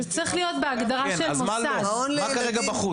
מה כרגע בחוץ?